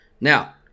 Now